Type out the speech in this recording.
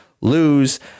lose